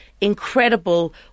incredible